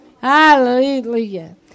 Hallelujah